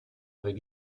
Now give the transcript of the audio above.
avec